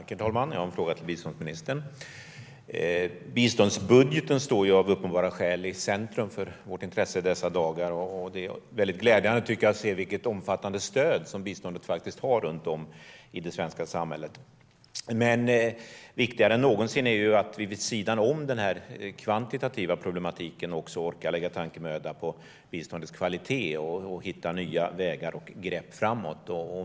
Herr talman! Jag har en fråga till biståndsministern. Biståndsbudgeten står av uppenbara skäl i centrum för vårt intresse i dessa dagar. Det är glädjande, tycker jag, att se vilket omfattande stöd som biståndet faktiskt har runt om i det svenska samhället. Men viktigare än någonsin är att vi vid sidan om den kvantitativa problematiken också orkar lägga tankemöda på biståndets kvalitet och hitta nya grepp och vägar framåt.